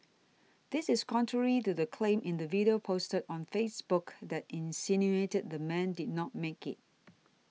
this is contrary to the claim in the video posted on Facebook that insinuated the man did not make it